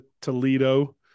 Toledo